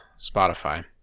Spotify